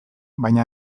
baina